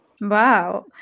Wow